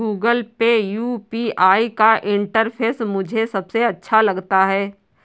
Google Pay UPI का interface मुझे सबसे अच्छा लगता है